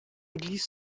église